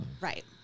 Right